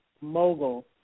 Mogul